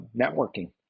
networking